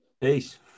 Peace